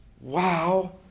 Wow